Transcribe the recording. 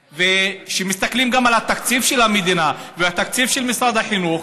וכאשר גם מסתכלים על התקציב של המדינה והתקציב של משרד החינוך,